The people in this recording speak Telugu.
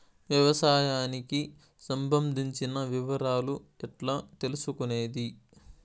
వ్యవసాయానికి సంబంధించిన వివరాలు ఎట్లా తెలుసుకొనేది?